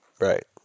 Right